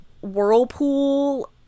whirlpool